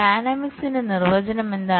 ഡൈനാമിക്സിന്റെ നിർവചനം എന്താണ്